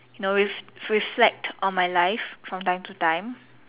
now with reflect on my life from time to time